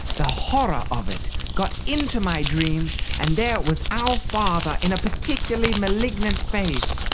the horror of it got into my dreams and there was our father in a particularly malignant phase,